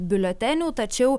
biuletenių tačiau